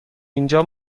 اینجا